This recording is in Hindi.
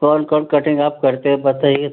कौन कौन कटिंग आप करते हो बताइए